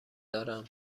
دارم